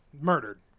murdered